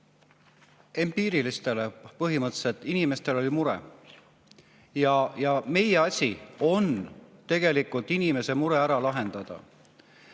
Empiirilistele. Põhimõtteliselt inimestel on mure ja meie asi on inimeste mure ära lahendada.